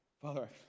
Father